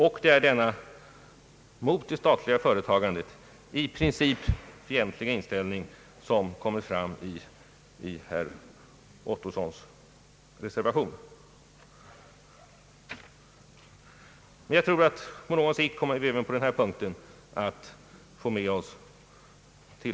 Det är denna mot det statliga företagandet i princip fientliga inställning som kommer fram i reservationen.